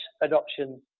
adoption